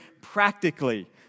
practically